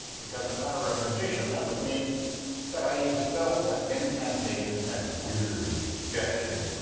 because if i were a magician, that would mean that i use spells and incantations and weird gestures